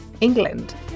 England